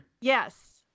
Yes